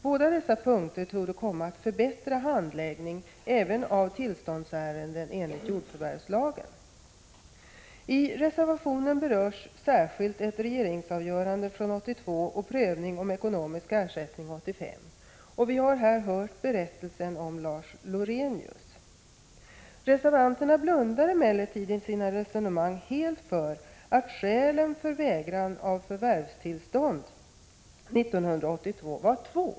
Båda dessa punkter torde komma att förbättra handläggningen även av tillståndsärenden enligt jordförvärvslagen. I reservationen berörs särskilt ett regeringsavgörande från 1982 och prövning av ekonomisk ersättning 1985, och vi har här hört berättelsen om Lars Lorenius. Reservanterna blundar emellertid i sina resonemang helt för att skälen för vägran av förvärvstillstånd 1982 var två.